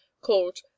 called